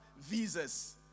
visas